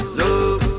love